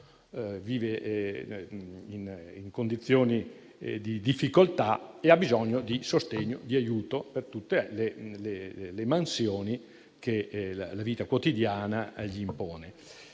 e in condizioni di difficoltà e ha bisogno di sostegno e di aiuto per tutte le mansioni che la vita quotidiana gli impone.